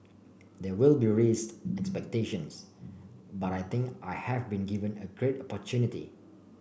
there will be raised expectations but I think I have been given a great opportunity